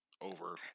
over